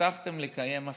הבטיחו להבטיח.